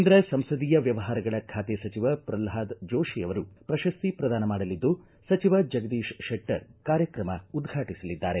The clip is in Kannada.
ಕೇಂದ್ರ ಸಂಸದೀಯ ವ್ಯವಹಾರಗಳ ಖಾತೆ ಸಚಿವ ಪ್ರಲ್ವಾದ ಜೋಶಿ ಅವರು ಪ್ರತಸ್ತಿ ಪ್ರದಾನ ಮಾಡಲಿದ್ದು ಸಚಿವ ಜಗದೀಶ ಶೆಟ್ಲರ್ ಕಾರ್ಯಕ್ರಮ ಉದ್ವಾಟಿಸಲಿದ್ದಾರೆ